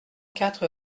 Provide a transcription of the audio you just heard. quatre